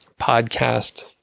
podcast